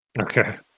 Okay